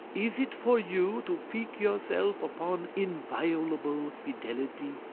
is it for you to pique yourself upon inviolable fidelity?